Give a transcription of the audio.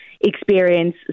experience